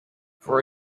for